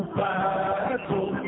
battle